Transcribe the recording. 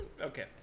Okay